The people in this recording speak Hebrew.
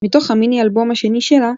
מתוך המיני-אלבום השני שלה,